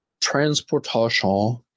Transportation